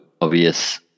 obvious